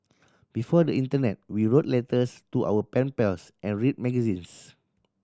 before the internet we wrote letters to our pen pals and read magazines